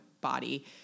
body-